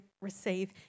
receive